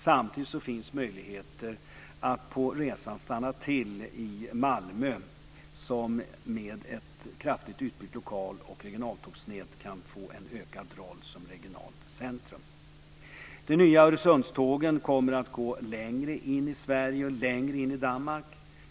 Samtidigt finns möjligheter att på resan stanna till i Malmö, som med ett kraftigt utbyggt lokal och regionaltågsnät kan få en ökad roll som regionalt centrum. De nya Öresundstågen kommer att gå längre in i Sverige och längre in i Danmark.